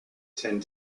tend